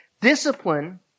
discipline